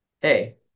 hey